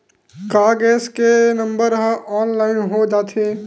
का गैस के नंबर ह ऑनलाइन हो जाथे?